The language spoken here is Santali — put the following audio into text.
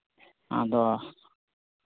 ᱟᱫᱚ